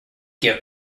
give